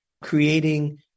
Creating